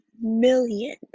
million